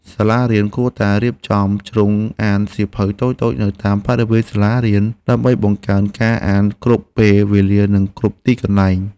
សាលារៀនគួរតែរៀបចំជ្រុងអានសៀវភៅតូចៗនៅតាមបរិវេណសាលាដើម្បីបង្កើនការអានគ្រប់ពេលវេលានិងគ្រប់ទីកន្លែង។